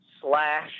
slash